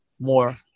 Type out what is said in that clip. more